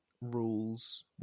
rules